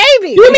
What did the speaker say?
baby